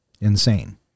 Insane